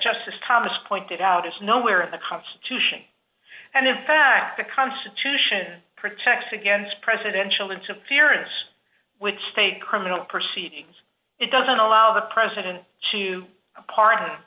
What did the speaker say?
justice thomas pointed out is nowhere in the constitution and in fact the constitution protects against presidential into appearance with state criminal proceedings it doesn't allow the president to pardon